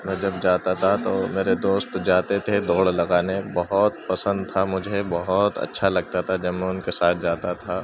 میں جب جاتا تھا تو میرے دوست جاتے تھے دوڑ لگانے بہت پسند تھا مجھے بہت اچھا لگتا تھا جب میں ان کے ساتھ جاتا تھا